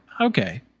okay